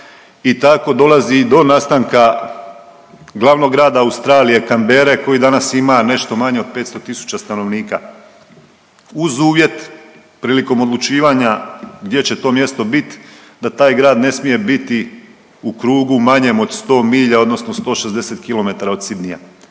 i tako dolazi do nastanka glavnog grada Australije Canberre koji danas ima nešto manje od 500 tisuća stanovnika uz uvjet prilikom odlučivanja gdje će to mjesto bit, da taj grad ne smije biti u krugu manjem od 100 milja odnosno 160 km od Sydneyja.